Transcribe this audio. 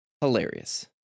hilarious